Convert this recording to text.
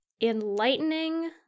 enlightening